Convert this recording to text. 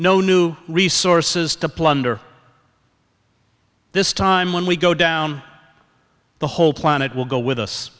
no new resources to plunder this time when we go down the whole planet will go with us